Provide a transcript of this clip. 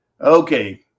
Okay